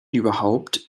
überhaupt